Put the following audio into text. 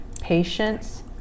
patience